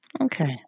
Okay